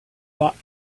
thought